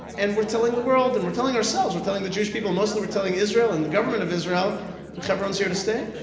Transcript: and we're telling the world, and we're telling ourselves, we're telling the jewish people, mostly we're telling israel and the government of israel that hebron's here to stay.